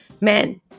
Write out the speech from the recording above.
men